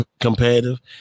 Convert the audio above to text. competitive